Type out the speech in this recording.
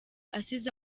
asize